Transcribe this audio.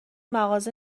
مغازه